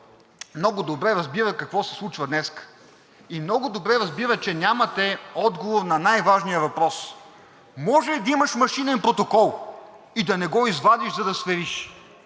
много добре разбира какво се случва днес и много добре разбира, че нямате отговор на най-важния въпрос – може ли да имаш машинен протокол и да не го извадиш, за да свериш,